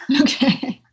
Okay